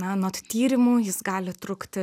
na anot tyrimų jis gali trukti